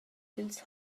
dils